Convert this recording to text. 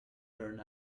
turned